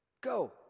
go